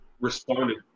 responded